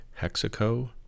Hexaco